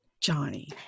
Johnny